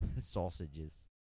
Sausages